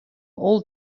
all